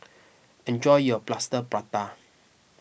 enjoy your Plaster Prata